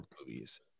movies